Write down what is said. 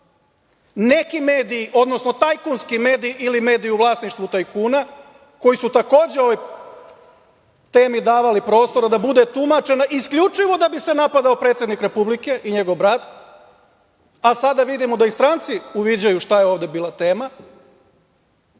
neki mediji, odnosno tajkunski mediji ili mediji u vlasništvu tajkuna koji su takođe ovoj temi davali prostora da bude tumačena isključivo da bi se napadao predsednik Republike i njegov brat, a sada vidimo da i stranci uviđaju šta je ovde bila tema,